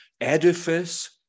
edifice